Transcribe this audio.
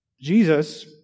Jesus